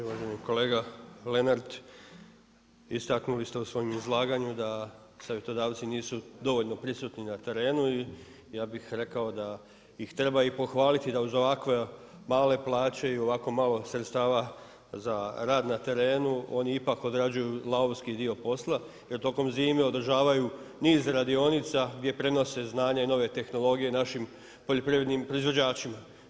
Uvaženi kolega Lenart, istaknuli ste u svojem izlaganju da savjetodavci nisu dovoljno prisutni na terenu i ja bih rekao i treba ih pohvaliti da uz ovakve male plaće i u ovako malo sredstava za rad na terenu, oni ipak odrađuju lavovski dio posla, jer tokom zime održavaju niz radionica, gdje prenose znanje i nove tehnologije našim poljoprivrednim proizvođačima.